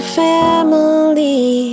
family